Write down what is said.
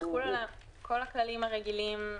כל הכללים הרגילים,